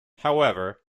however